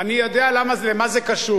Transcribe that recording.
אני יודע למה זה קשור.